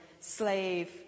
slave